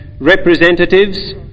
representatives